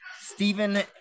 Stephen